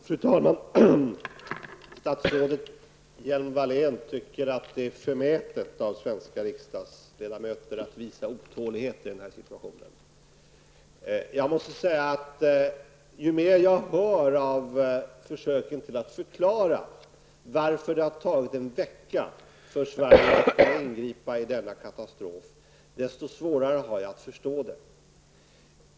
Fru talman! Statsrådet Hjelm-Wallén tycker att det är förmätet av svenska riksdagsledamöter att visa otålighet i den här situationen. Jag måste säga att ju mer hör jag hör av försöken att förklara varför det har tagit en vecka för Sverige att ingripa i denna katastrof, desto svårare har jag att förstå det.